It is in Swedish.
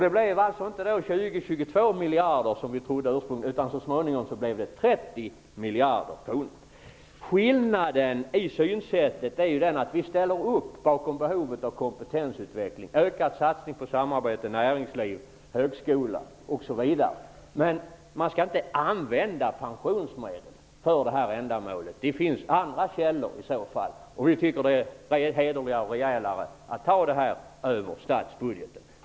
Det blev inte 20 miljarder kronor eller 22 miljarder kronor, utan så småningom blev det 30 miljarder kronor. Skillnaden i synsättet är att vi visserligen ställer upp bakom behovet av kompetensutveckling och ökad satsning på samarbete, näringsliv, högskola osv., men att pensionsmedlen inte skall användas för detta ändamål. Det finns i så fall andra källor. Det vore hederligare och rejälare att ta detta över statsbudgeten.